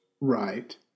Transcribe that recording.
right